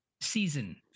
season